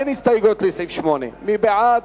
אין הסתייגויות לסעיף 8. מי בעד?